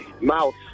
Mouse